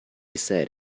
said